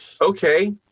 Okay